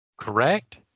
correct